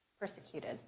persecuted